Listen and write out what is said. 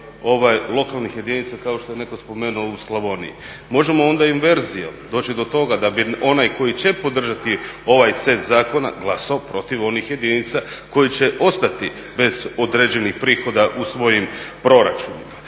lokalnih jedinica kao što je netko spomenuo u Slavoniji. Možemo onda inverzijom doći do toga da će onaj koji će podržati ovaj set zakona glasao protiv onih jedinica koje će ostati bez određenih prihoda u svojim proračunima,